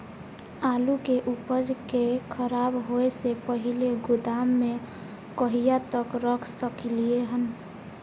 आलु के उपज के खराब होय से पहिले गोदाम में कहिया तक रख सकलिये हन?